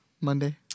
Monday